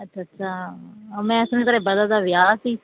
ਅੱਛਾ ਅੱਛਾ ਮੈਂ ਸੁਣਿਆ ਤੇਰੇ ਬਰਦਰ ਦਾ ਵਿਆਹ ਸੀ